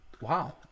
Wow